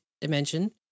dimension